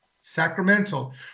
Sacramental